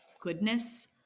goodness